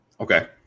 Okay